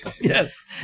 Yes